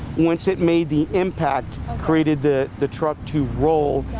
once it made the impact created the the truck to roll.